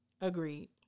Agreed